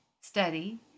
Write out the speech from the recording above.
study